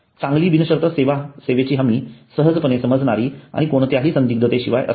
चांगली बिनशर्त सेवेची हमी सहजपणे समजणारी आणि कोणत्याही संदिग्धते शिवाय असते